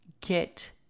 get